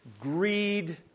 greed